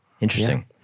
Interesting